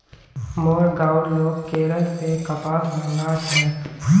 मोर गांउर लोग केरल स कपास मंगा छेक